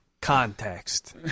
Context